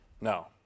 No